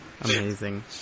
Amazing